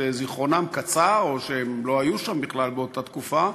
שזיכרונם קצר או שהם לא היו שם בכלל באותה תקופה,